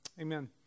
Amen